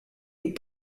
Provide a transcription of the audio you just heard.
est